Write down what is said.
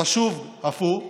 חשוב אף הוא,